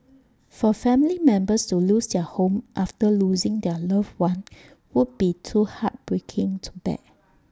for family members to lose their home after losing their loved one would be too heartbreaking to bear